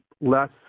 less